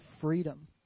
freedom